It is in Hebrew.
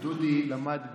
דודי למד בתיכון,